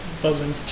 buzzing